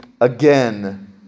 again